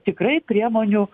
tikrai priemonių